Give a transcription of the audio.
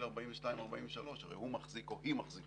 42 או 43. הרי הוא מחזיק או היא מחזיקה